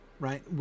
Right